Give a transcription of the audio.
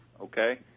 Okay